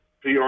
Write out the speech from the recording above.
pr